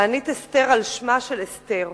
תענית אסתר, על שמה של אסתר